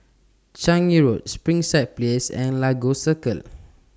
Changi Road Springside Place and Lagos Circle